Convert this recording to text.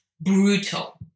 brutal